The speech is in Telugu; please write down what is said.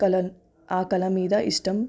కల ఆ కల మీద ఇష్టం